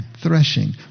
threshing